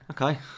Okay